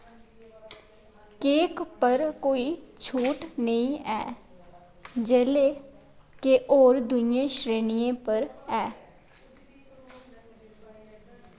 cake पर कोई छूट नेईं ऐ जेल्लै के होर दूइयें श्रेणियें पर ऐ